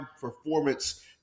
performance